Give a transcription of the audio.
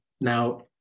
Now